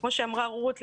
כמו שאמרה רות,